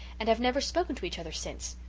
and have never spoken to each other since.